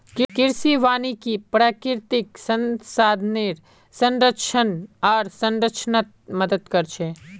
कृषि वानिकी प्राकृतिक संसाधनेर संरक्षण आर संरक्षणत मदद कर छे